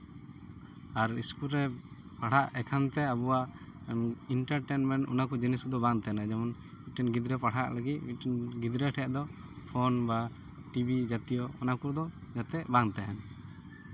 ᱟᱨ school ᱨᱮ ᱯᱟᱲᱦᱟᱜ ᱮᱠᱷᱚᱱ ᱛᱮ ᱟᱵᱚᱣᱟᱜ ᱤᱱᱴᱟᱨᱴᱮᱱᱢᱮᱱᱴ ᱚᱱᱟ ᱠᱚ ᱡᱤᱱᱤᱥ ᱫᱚ ᱵᱟᱝ ᱛᱟᱦᱮᱱᱟ ᱡᱮᱢᱚᱱ ᱢᱤᱫᱴᱮᱱ ᱜᱤᱫᱽᱨᱟᱹ ᱯᱟᱲᱦᱟᱜ ᱞᱟᱹᱜᱤᱫ ᱢᱤᱫᱴᱮᱱ ᱜᱤᱫᱽᱨᱟᱹ ᱴᱷᱮᱡ ᱫᱚ ᱯᱷᱳᱱ ᱵᱟ ᱴᱤᱵᱷᱤ ᱡᱟᱛᱤᱭᱚ ᱚᱱᱟ ᱠᱚᱫᱚ ᱡᱟᱛᱮ ᱵᱟᱝ ᱛᱟᱦᱮᱱ